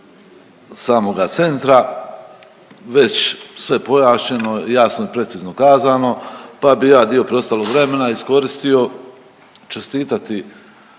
samoga centra, već sve pojašnjeno jasno i precizno kazano, pa bi ja dio preostalog vremena iskoristio čestitati